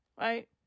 right